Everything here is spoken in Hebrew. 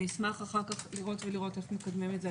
אשמח לראות איך מקדמים את זה.